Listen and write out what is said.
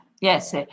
yes